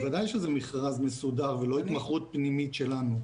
בוודאי שזה מכרז מסודר ולא התמחרות פנימית שלנו.